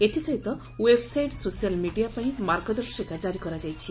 ଏଥିସହିତ website social media ପାଇଁ ମାର୍ଗଦର୍ଶିକା ଜାରି କରାଯାଇଛି